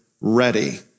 ready